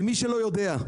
למי שלא יודע,